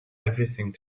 everything